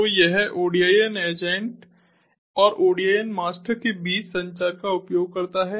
तो यह ODIN agent और ODIN मास्टर के बीच संचार का उपयोग करता है